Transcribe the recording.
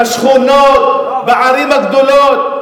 בשכונות בערים הגדולות.